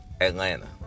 Atlanta